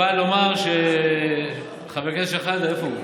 אבל לומר, איפה חבר הכנסת שחאדה?